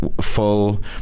full